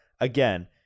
Again